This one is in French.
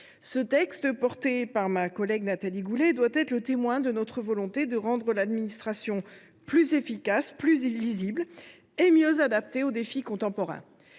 Ce texte, sur l’initiative de Nathalie Goulet, doit être le témoin de notre volonté de rendre l’administration plus efficace, plus lisible et mieux adaptée aux défis contemporains.